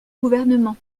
gouvernement